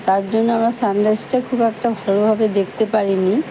তার জন্য আমরা সানরাইসটা খুব একটা ভালোভাবে দেখতে পারি নি